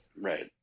Right